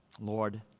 Lord